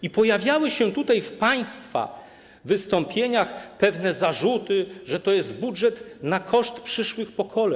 I pojawiały się tutaj w państwa wystąpieniach pewne zarzuty, że to jest budżet na koszt przyszłych pokoleń.